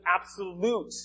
absolute